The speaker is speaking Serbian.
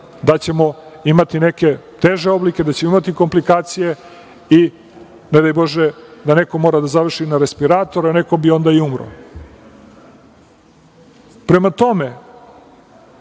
da ćemo imati neke teže oblike, da ćemo imati komplikacije i, ne daj Bože, da neko mora da završi i na respiratoru, a neko bi onda i umro. Prema tome,